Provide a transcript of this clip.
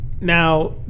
Now